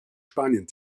spanien